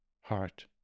heart